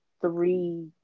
three